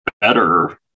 better